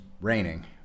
raining